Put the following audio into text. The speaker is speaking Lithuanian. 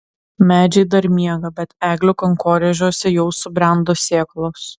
medžiai dar miega bet eglių kankorėžiuose jau subrendo sėklos